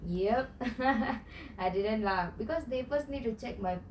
yup I didn't laugh because they first need to check my